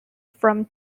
from